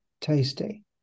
tasty